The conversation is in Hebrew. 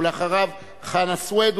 ואחריו חנא סוייד,